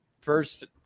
first